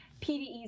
PDE's